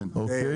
כן.